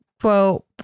quote